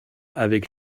avec